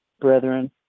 Brethren